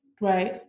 Right